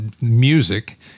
music